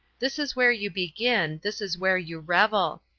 this is where you begin, this is where you revel.